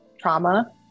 trauma